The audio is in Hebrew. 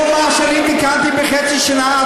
כל מה שאני תיקנתי בחצי שנה,